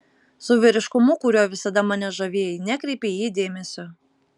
su vyriškumu kuriuo visada mane žavėjai nekreipei į jį dėmesio